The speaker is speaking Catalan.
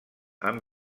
amb